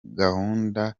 gahunda